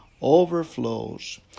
overflows